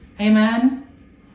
Amen